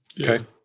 Okay